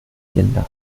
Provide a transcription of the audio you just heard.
kinder